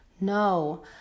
No